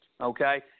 Okay